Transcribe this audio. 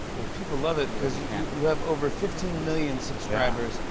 well, people love it, cause yeah you have over fifteen million subscribers.